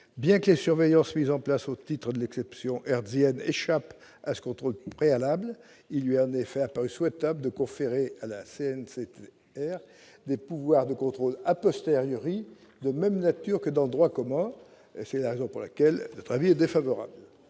Bien que les surveillances mises en place au titre de l'« exception hertzienne » échappent à ce contrôle préalable, il lui est en effet apparu souhaitable de conférer à la CNCTR des pouvoirs de contrôle de même nature que dans le droit commun. C'est la raison pour laquelle l'avis de la commission est défavorable.